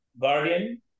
Guardian